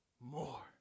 more